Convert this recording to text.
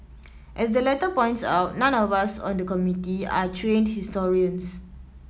as the letter points out none of us on the Committee are trained historians